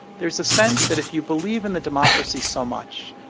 there's a sense that if you believe in the democracy so much,